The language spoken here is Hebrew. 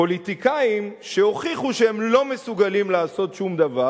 פוליטיקאים שהוכיחו שהם לא מסוגלים לעשות שום דבר,